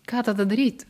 ką tada daryt